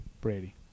Brady